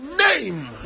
name